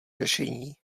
řešení